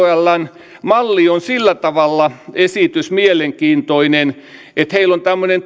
on sillä tavalla mielenkiintoinen että heillä on